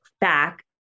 back